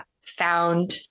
found